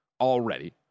already